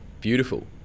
Beautiful